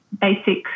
basic